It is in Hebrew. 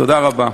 תודה רבה.